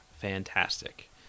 fantastic